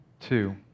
Two